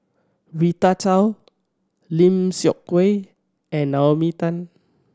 Rita Chao Lim Seok Hui and Naomi Tan